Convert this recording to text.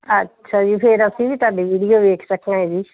ਅੱਛਾ ਜੀ ਫਿਰ ਅਸੀਂ ਵੀ ਤੁਹਾਡੀ ਵੀਡੀਓ ਵੇਖ ਸਕਾਂਗੇ ਜੀ